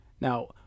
Now